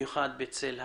במיוחד בצל הקורונה.